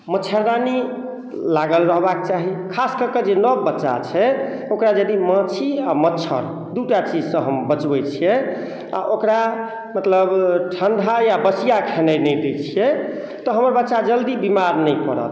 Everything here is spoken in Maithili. मच्छरदानी लागल रहबाक चाही खास कऽ कऽ जे नव बच्चा छै ओकरा यदि माछी आ मच्छर दू टा चीजसँ हम बचबैत छियै आ ओकरा मतलब ठण्डा या बसिआ खेनाय नहि दै छियै तऽ हमर बच्चा जल्दी बीमार नहि पड़त